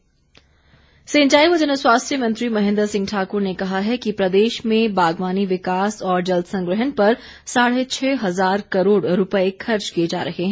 महेन्द्र सिंह सिंचाई व जनस्वास्थ्य मंत्री महेन्द्र सिंह ठाकुर ने कहा है कि प्रदेश में बागवानी विकास और जल संग्रहण पर साढ़े छः हजार करोड़ रूपए खर्च किए जा रहे हैं